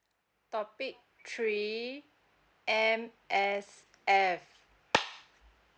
topic three M_S_F